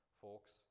folks